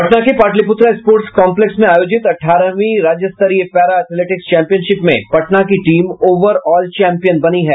पटना के Pataliputra sports complex में आयोजित अठारहवीं राज्यस्तरीय पैरा एथेलेटिक्स चैंपियनशिप में पटना की टीम ओवर ऑल चैंपियन बनी है